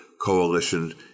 coalition